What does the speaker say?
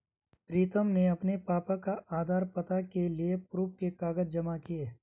प्रीतम ने अपने पापा का आधार, पता के लिए प्रूफ के कागज जमा किए